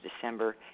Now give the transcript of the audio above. December